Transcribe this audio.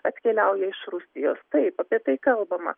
atkeliauja iš rusijos taip apie tai kalbama